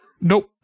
Nope